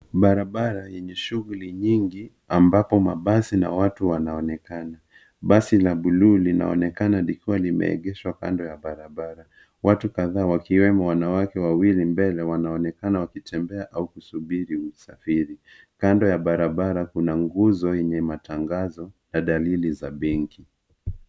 Barabara yenye shughuli nyingi ambapo mabasi na watu wanaonekana. Basi la buluu linaonekana likiwa limeegeshwa kando ya barabara. Watu kadhaa wakiwemo wanawake wawili mbele, wanaonekana wakitembea au kusubiri usafiri. Kando ya barabara kuna nguzo yenye matangazo na dalili za benki.